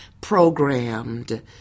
programmed